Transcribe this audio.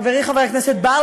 חברי חבר הכנסת בר,